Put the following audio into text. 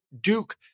Duke